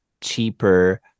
cheaper